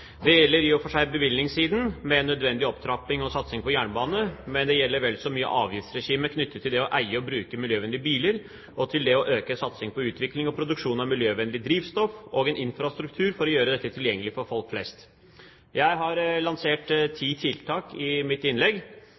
Det gjelder i og for seg bevilgningssiden med nødvendig opptrapping og satsing på jernbane, men det gjelder vel så mye avgiftsregimet knyttet til det å eie og bruke miljøvennlige biler, og til det å øke satsing på utvikling og produksjon av miljøvennlig drivstoff og en infrastruktur for å gjøre dette tilgjengelig for folk flest. Jeg har lansert ti tiltak i mitt innlegg